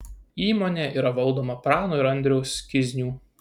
įmonė yra valdoma prano ir andriaus kiznių